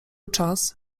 czas